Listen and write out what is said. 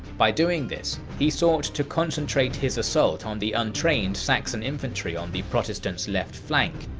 by doing this, he sought to concentrate his assault on the untrained saxon infantry on the protestant's left flank,